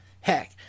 Heck